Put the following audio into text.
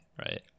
right